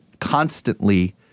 constantly